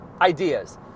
ideas